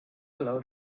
below